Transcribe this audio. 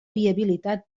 viabilitat